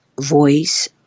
voice